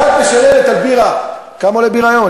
עכשיו את שואלת על בירה: כמה עולה בירה היום?